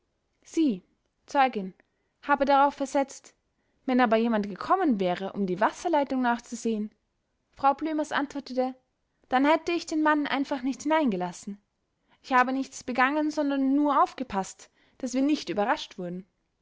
sie zeugin habe darauf versetzt wenn aber jemand gekommen wäre um die wasserleitung nachzusehen frau blömers antwortete dann hätte ich den mann einfach nicht hineingelassen ich habe nichts begangen sondern nur aufgepaßt daß wir nicht überrascht wurden